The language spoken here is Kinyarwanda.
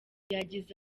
yagize